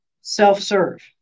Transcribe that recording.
self-serve